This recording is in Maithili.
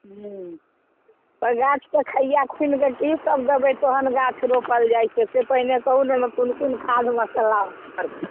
हूँ तऽ गाछके खइआ खुनबै की सब देबै तहन गाछ रोपल जाइत छै से पहिने कहू ने ओहिमे कोन कोन खाद मसाला पड़तै